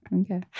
Okay